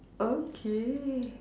okay